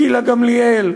גילה גמליאל,